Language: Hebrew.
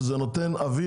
זה פייר וזה נותן אוויר